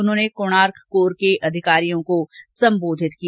उन्होंने कोणार्क कोर के अधिकारियों को संबोधित किया